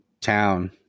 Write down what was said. town